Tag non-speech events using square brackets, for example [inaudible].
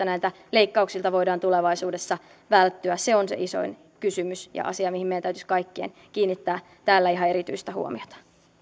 [unintelligible] näiltä leikkauksilta voidaan tulevaisuudessa välttyä se on se isoin kysymys ja asia mihin meidän täytyisi kaikkien kiinnittää täällä ihan erityistä huomiota